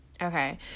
Okay